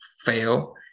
fail